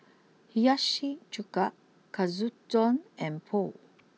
Hiyashi Chuka Katsudon and Pho